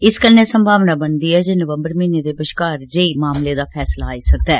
इस कन्नै संभावना बनदी ऐ जे नवम्बर म्हीने दे बश्कार जेई मामले दा फैंसला आई सकदा ऐ